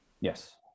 Yes